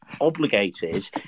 obligated